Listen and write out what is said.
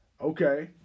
Okay